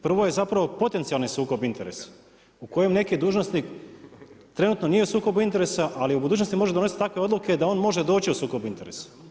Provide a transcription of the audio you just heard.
Prvo je zapravo potencijalni sukob interesa u kojem neki dužnosnik trenutno nije u sukobu interesa ali u budućnosti može donositi takve odluke da on može doći u sukob interesa.